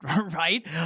right